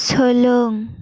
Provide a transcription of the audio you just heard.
सोलों